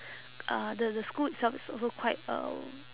uh the the school itself is also quite um